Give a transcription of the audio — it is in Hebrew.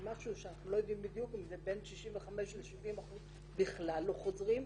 זה משהו שאנחנו לא יודעים בדיוק אם זה בין 65% ל-70% שבכלל לא חוזרים,